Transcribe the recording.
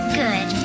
good